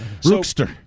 Rookster